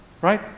Right